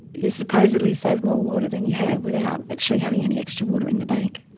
you supposedly save more water than you have without actually having any extra water in the bank.